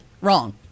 Wrong